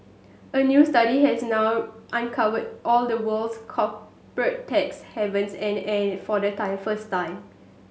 a new study has now uncovered all the world's corporate tax havens and and for the time first time